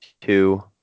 two